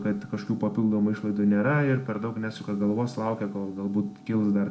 kad kažkokių papildomų išlaidų nėra ir per daug nesuka galvos laukia kol galbūt kils dar